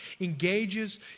engages